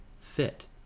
fit